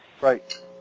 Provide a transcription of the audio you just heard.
right